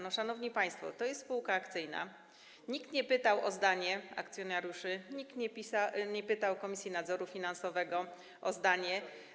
No szanowni państwo, to jest spółka akcyjna, nikt nie pytał o zdanie akcjonariuszy, nikt nie pytał Komisji Nadzoru Finansowego o zdanie.